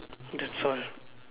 that's all